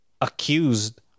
accused